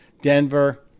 Denver